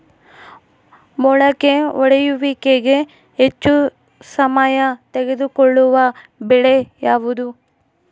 ಮೊಳಕೆ ಒಡೆಯುವಿಕೆಗೆ ಹೆಚ್ಚು ಸಮಯ ತೆಗೆದುಕೊಳ್ಳುವ ಬೆಳೆ ಯಾವುದು?